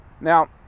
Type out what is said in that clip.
now